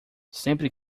sempre